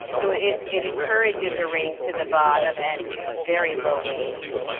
so it it encourages a race to the bottom and very low wages.